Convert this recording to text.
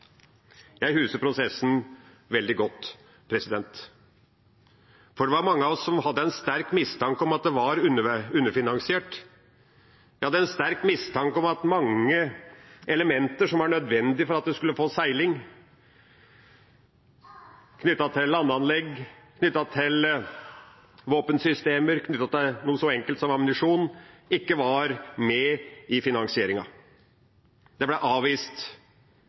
Jeg husker prosessen veldig godt, for det var mange av oss som hadde en sterk mistanke om at det var underfinansiert. Jeg hadde en sterk mistanke om at mange elementer som var nødvendig for at en skulle få seiling – knyttet til landanlegg, knyttet til våpensystemer, knyttet til noe så enkelt som ammunisjon – ikke var med i finansieringen. Det ble avvist: